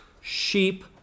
sheep